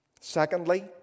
Secondly